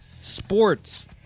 sports